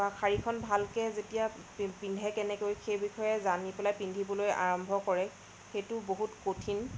বা শাৰীখন ভালকৈ যেতিয়া পিন্ধে কেনেকৈ সেই বিষয়ে জানি পেলাই পিন্ধিবলৈ আৰম্ভ কৰে সেইটো বহুত কঠিন